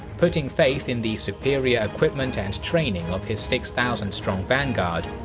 putting faith in the superior equipment and training of his six thousand strong vanguard,